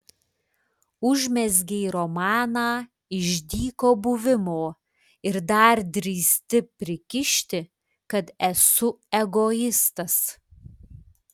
užmezgei romaną iš dyko buvimo ir dar drįsti prikišti kad esu egoistas